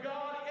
God